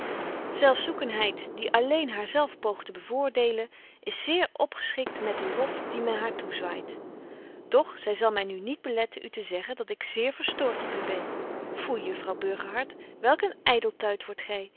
zelfzoekenheid die alleen haar zelf poogt te bevoordeelen is zeer opgeschikt met den lof dien men haar toezwaait doch zy zal my nu niet beletten u te zeggen dat ik zeer verstoort op u ben foei juffrouw burgerhart welk een ydeltuit wordt gy